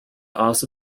also